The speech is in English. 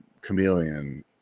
chameleon